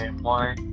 more